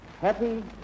happy